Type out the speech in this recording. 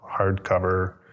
hardcover